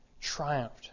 triumphed